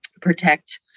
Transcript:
protect